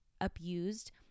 abused